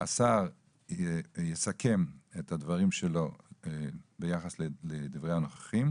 השר יסכם את הדברים שלו ביחס לדברי הנוכחים,